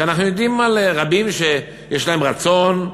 כי אנחנו יודעים על רבים שיש להם רצון,